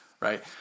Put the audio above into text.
right